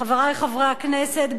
חברי חברי הכנסת,